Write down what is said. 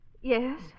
Yes